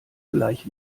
gleich